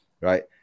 right